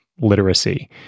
literacy